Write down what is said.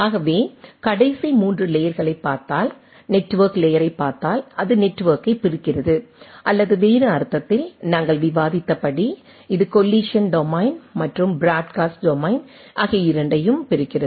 ஆகவே கடைசி 3 லேயர்களைப் பார்த்தால் நெட்வொர்க் லேயரைப் பார்த்தால் அது நெட்வொர்க்கைப் பிரிக்கிறது அல்லது வேறு அர்த்தத்தில் நாங்கள் விவாதித்தபடி இது கொல்லிசன் டொமைன் மற்றும் பிராட்காஸ்ட் டொமைன் ஆகிய இரண்டையும் பிரிக்கிறது